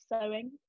sewing